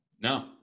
No